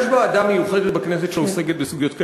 יש ועדה מיוחדת בכנסת שעוסקת בסוגיות כאלה,